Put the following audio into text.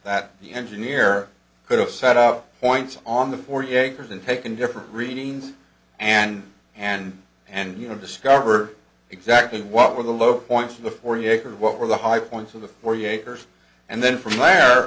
the engineer could have set up points on the forty acres and taken different readings and and and you know discover exactly what were the low points of the forty acres what were the high points of the four yakkers and then from